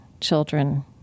children